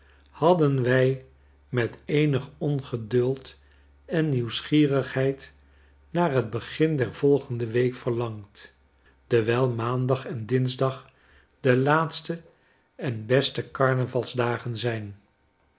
hadden wij met eenig ongeduld en nieuwsgierigheid naar het begin der volgende week verlangd dewijl maandag en dinsdag de laatste en beste carnavalsdagen zijn